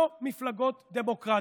לא מפלגות דמורקטיות.